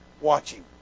watching